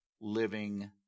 living